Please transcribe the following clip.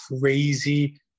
crazy